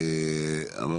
אני חושב שהגיע הזמן שזה יקרה.